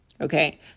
okay